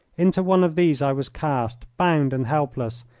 into one of these i was cast, bound and helpless,